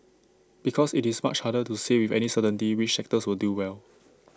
because IT is much harder to say with any certainty which sectors will do well